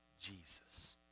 Jesus